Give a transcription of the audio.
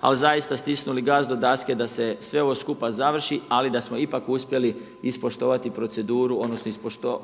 ali zaista stisnuli gas do daske da se sve ovo skupa završi, ali da smo ipak uspjeli ispoštovati proceduru, odnosno